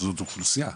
זאת אוכלוסייה?